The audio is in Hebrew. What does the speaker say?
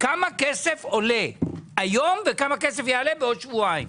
כמה כסף עולה היום וכמה כסף יעלה בעוד שבועיים.